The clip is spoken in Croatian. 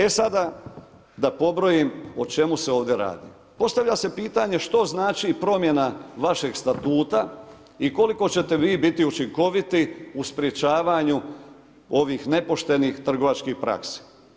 E sada da pobrojim o čemu se ovdje radi, postavlja se pitanje što znači promjena vašeg statuta i koliko ćete vi biti učinkoviti u sprečavanju ovih nepoštenih trgovačkih praksi.